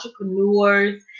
entrepreneurs